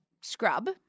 scrub